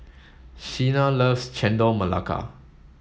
Shena loves Chendol Melaka